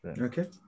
Okay